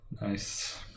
Nice